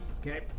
Okay